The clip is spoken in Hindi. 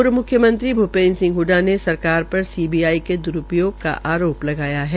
पूर्व म्ख्यमंत्री भूपेन्द्र सिंह हडडा ने सरकार पर सीबीआई के द्रूपयोग का आरोप लगाया है